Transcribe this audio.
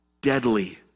Deadly